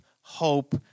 hope